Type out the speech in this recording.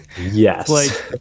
Yes